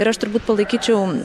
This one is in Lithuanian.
ir aš turbūt palaikyčiau